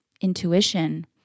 intuition